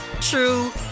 true